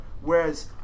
Whereas